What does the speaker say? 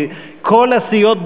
כי כל הסיעות,